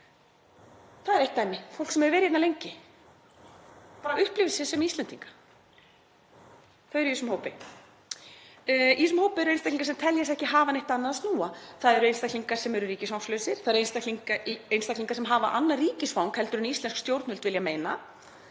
Það er eitt dæmi. Fólk sem er hérna lengi og upplifir sig sem Íslendinga er í þessum hópi. Í þessum hópi eru einstaklingar sem telja sig ekki geta snúið sér neitt annað. Það eru einstaklingar sem eru ríkisfangslausir. Það eru einstaklingar sem hafa annað ríkisfang en íslensk stjórnvöld vilja meina.